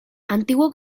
antiguo